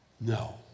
No